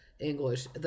English